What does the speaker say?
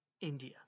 India